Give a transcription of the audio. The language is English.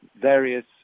various